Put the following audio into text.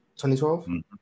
2012